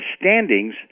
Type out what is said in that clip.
standings